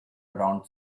around